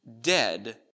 dead